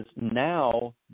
now